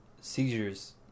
seizures